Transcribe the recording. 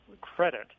credit